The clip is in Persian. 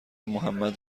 محمد